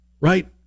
right